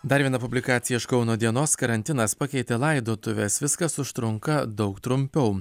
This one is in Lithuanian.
dar viena publikacija iš kauno dienos karantinas pakeitė laidotuves viskas užtrunka daug trumpiau